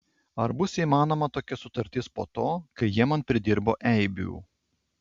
ar bus įmanoma tokia sutartis po to kai jie man pridirbo eibių